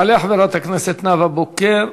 תעלה חברת הכנסת נאוה בוקר,